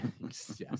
Yes